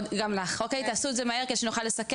גם לך, אוקיי, תעשו את זה מהר כדי שאני אוכל לסכם.